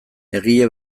egile